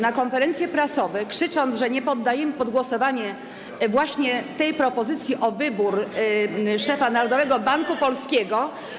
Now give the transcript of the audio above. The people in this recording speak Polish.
na konferencje prasowe, krzycząc, że nie poddajemy pod głosowanie tej właśnie propozycji wyboru szefa Narodowego Banku Polskiego.